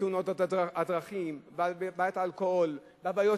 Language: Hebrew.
ותאונות הדרכים ובעיית האלכוהול והבעיות